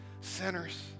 sinners